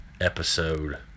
episode